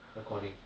recording